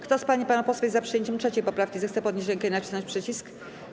Kto z pań i panów posłów jest za przyjęciem 3. poprawki, zechce podnieść rękę i nacisnąć przycisk.